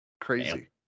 Crazy